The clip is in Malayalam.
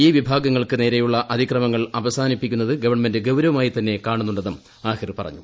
ഈ വിഭാഗങ്ങൾക്ക് നേരെയുള്ള അതിക്രമങ്ങൾ അവസാനിപ്പിക്കുന്നത് ഗവൺമെന്റ് ഗൌരവമായി തന്നെ കാണുന്നുണ്ടെന്നും ആഹിർ പറഞ്ഞു